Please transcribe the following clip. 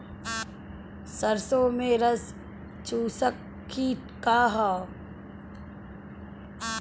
सरसो में रस चुसक किट का ह?